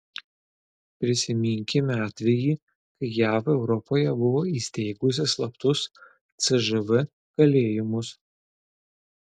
prisiminkime atvejį kai jav europoje buvo įsteigusi slaptus cžv kalėjimus